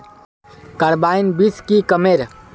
Carbine बीस की कमेर?